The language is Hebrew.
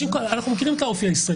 אנחנו מכירים את האופי הישראלי.